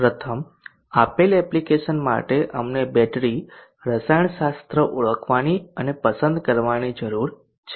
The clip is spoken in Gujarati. પ્રથમ આપેલ એપ્લિકેશન માટે અમને બેટરી રસાયણશાસ્ત્ર ઓળખવાની અને પસંદ કરવાની જરૂર છે